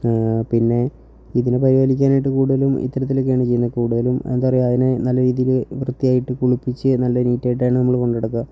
പിന്നെ ഇതിനെ പരിപാലിക്കാനായിട്ട് കൂടുതലും ഇത്തരത്തിലൊക്കെയാണ് ചെയ്യുന്നത് കൂടുതലും എന്താ പറയുക അതിനെ നല്ല രീതിയിൽ വൃത്തിയായിട്ട് കുളിപ്പിച്ച് നല്ല നീറ്റായിട്ടാണ് നമ്മൾ കൊണ്ടുനടക്കുക